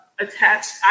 attached